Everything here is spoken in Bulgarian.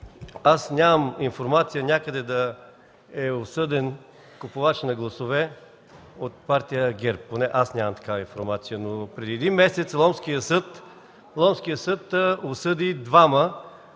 Аз нямам информация някъде да е осъден купувач на гласове от Партия ГЕРБ, поне аз нямам такава информация, но преди един месец Ломският съд осъди двама